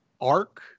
arc